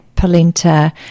polenta